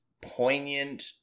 poignant